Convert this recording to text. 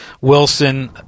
Wilson